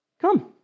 Come